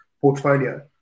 portfolio